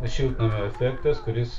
šiltnamio efektas kuris